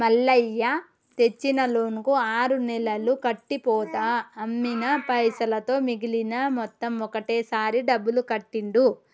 మల్లయ్య తెచ్చిన లోన్ కు ఆరు నెలలు కట్టి పోతా అమ్మిన పైసలతో మిగిలిన మొత్తం ఒకటే సారి డబ్బులు కట్టిండు